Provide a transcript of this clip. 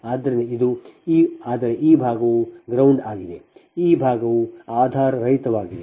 ಆದ್ದರಿಂದ ಇದು ಆದರೆ ಈ ಭಾಗವು ground ಆಗಿದೆ ಈ ಭಾಗವು ಆಧಾರರಹಿತವಾಗಿದೆ